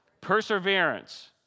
Perseverance